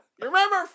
Remember